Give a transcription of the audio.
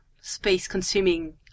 space-consuming